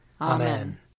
Amen